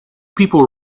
people